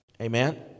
amen